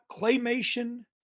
claymation